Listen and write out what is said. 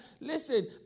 listen